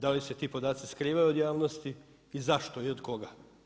Dal i se ti podaci skrivaju od javnosti i zašto, i od koga?